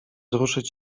ruszyć